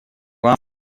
вам